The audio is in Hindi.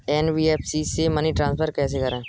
एन.बी.एफ.सी से मनी ट्रांसफर कैसे करें?